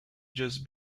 just